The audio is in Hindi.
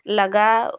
लगाओ